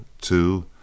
two